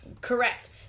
Correct